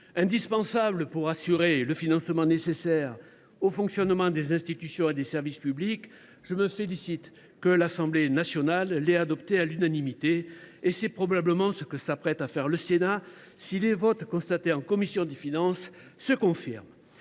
indispensable pour assurer le financement nécessaire au fonctionnement des institutions et des services publics. Je me réjouis que l’Assemblée nationale l’ait adoptée à l’unanimité, ce que s’apprête probablement à faire le Sénat si les votes constatés en commission des finances se confirment.